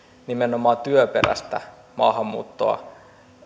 nimenomaan työperäistä maahanmuuttoa